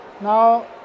Now